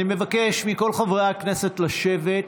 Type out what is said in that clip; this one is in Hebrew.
אני מבקש מכל חברי הכנסת לשבת.